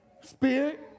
Spirit